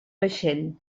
vaixell